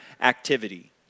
activity